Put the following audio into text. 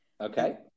Okay